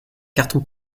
carton